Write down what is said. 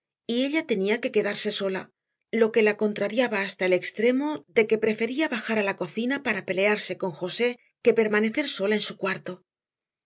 y ella tenía que quedarse sola lo que la contrariaba hasta el extremo de que prefería bajar a la cocina para pelearse con josé que permanecer sola en su cuarto